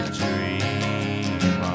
dream